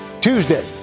tuesday